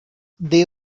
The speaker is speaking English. they